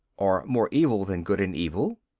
or, more evil than good and evil.